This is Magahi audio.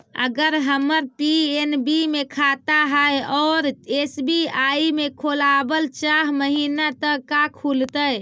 अगर हमर पी.एन.बी मे खाता है और एस.बी.आई में खोलाबल चाह महिना त का खुलतै?